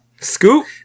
Scoop